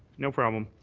no problem.